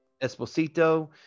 Esposito